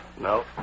No